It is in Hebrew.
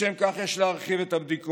לשם כך יש להרחיב את הבדיקות,